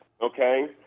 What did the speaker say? okay